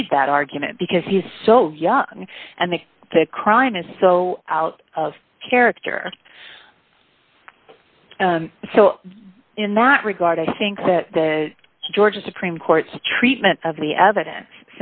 need that argument because he's so young and they the crime is so out of character so in that regard i think that the georgia supreme court's treatment of the evidence